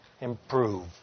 improve